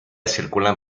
circulan